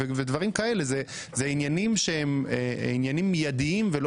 דברים כאלה הם עניינים שהם מידיים ולא